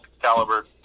caliber